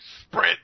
sprint